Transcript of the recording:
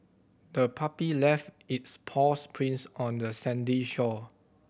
the puppy left its paws prints on the sandy shore